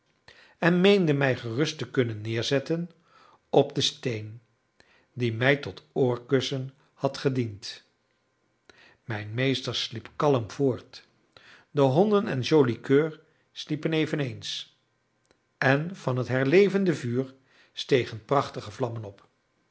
en meende mij gerust te kunnen neerzetten op den steen die mij tot oorkussen had gediend mijn meester sliep kalm voort de honden en joli coeur sliepen eveneens en van het herlevende vuur stegen prachtige vlammen op